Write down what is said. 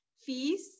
fees